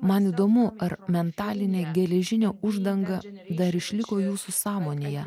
man įdomu ar mentalinė geležinė uždanga dar išliko jūsų sąmonėje